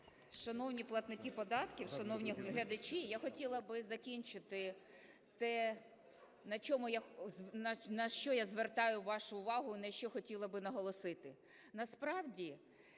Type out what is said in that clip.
Шановні платники податків, шановні глядачі, я хотіла би закінчити те, на чому я... на що я звертаю вашу вагу, на що хотіла би наголосити.